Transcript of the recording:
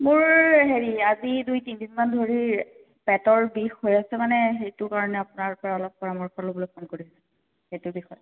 মোৰ হেৰি আজি দুই তিনিদিনমান ধৰি পেটৰ বিষ হৈ আছে মানে সেইটোৰ কাৰণে আপোনাৰ পৰা অলপ পৰামৰ্শ লবলৈ ফোনটো কৰিলোঁ সেইটো বিষয়ত